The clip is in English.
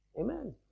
Amen